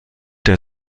der